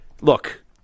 look